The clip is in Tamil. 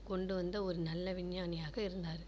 கொண்டு வந்த ஒரு நல்ல விஞ்ஞானியாக இருந்தார்